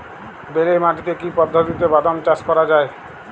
বেলে মাটিতে কি পদ্ধতিতে বাদাম চাষ করা যায়?